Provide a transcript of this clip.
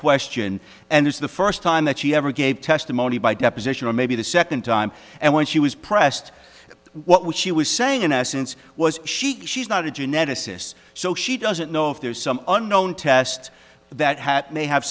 question and it's the first time that she ever gave testimony by deposition or maybe the second time and when she was pressed what she was saying in essence was she she's not a geneticists so she doesn't know if there's some unknown test that hat